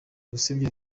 gusebya